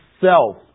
self